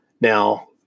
Now